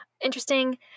Interesting